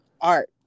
art